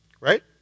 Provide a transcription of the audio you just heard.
right